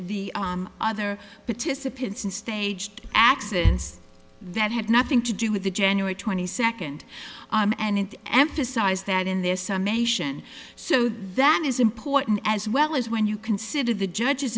the other participants in staged accidents that had nothing to do with the january twenty second and emphasize that in this some nation so that is important as well is when you consider the judges